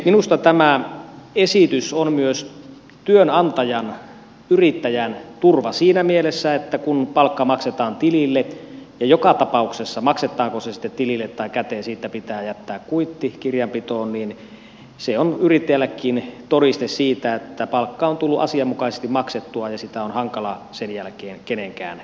minusta tämä esitys on myös työnantajan yrittäjän turva siinä mielessä että kun palkka maksetaan tilille ja joka tapauksessa maksetaan se sitten tilille tai käteen siitä pitää jättää kuitti kirjanpitoon niin se on yrittäjällekin todiste siitä että palkka on tullut asianmukaisesti maksettua ja sitä on hankala sen jälkeen kenenkään kiistää